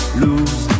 lose